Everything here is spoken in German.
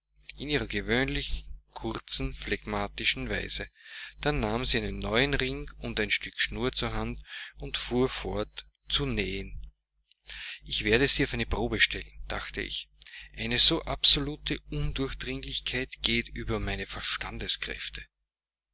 in ihrer gewöhnlichen kurzen phlegmatischen weise dann nahm sie einen neuen ring und ein stück schnur zur hand und fuhr fort zu nähen ich werde sie auf eine probe stellen dachte ich eine so absolute undurchdringlichkeit geht über meine